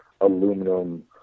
aluminum